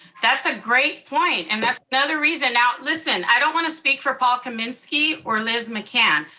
that's a great point, and that's another reason. now listen, i don't wanna speak for paul kaminski, or liz mccann.